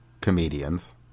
comedians